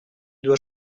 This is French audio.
dois